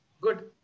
good